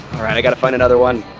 alright, i got to find another one.